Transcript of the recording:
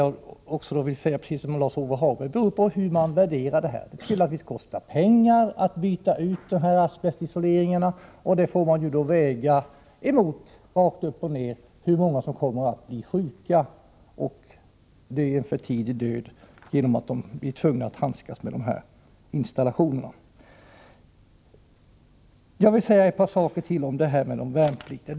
Man hamnar här, precis som Lars-Ove Hagberg sade, i en fråga om värderingar. Det kostar naturligtvis pengar att byta ut asbestisoleringen, men detta får man då helt enkelt väga mot hur många som kommer att bli sjuka eller dö en för tidig död på grund av att de blir tvungna att handskas med dessa installationer. Jag vill säga ett par saker till när det gäller de värnpliktiga.